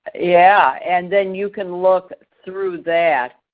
yeah and then you can look through that